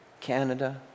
Canada